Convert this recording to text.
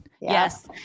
Yes